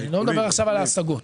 אני לא מדבר כרגע על ההשגות.